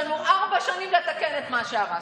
יש לנו ארבע שנים לתקן את מה שהרסתם.